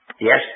Yes